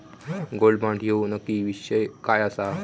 Gold bond ह्यो नक्की विषय काय आसा?